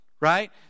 right